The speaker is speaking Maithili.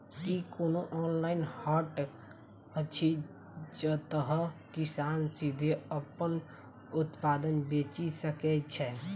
की कोनो ऑनलाइन हाट अछि जतह किसान सीधे अप्पन उत्पाद बेचि सके छै?